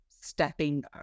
stepping